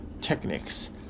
techniques